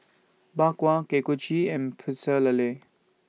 Bak Kwa Kuih Kochi and Pecel Lele